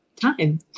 time